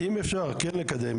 אם אפשר כן לקדם,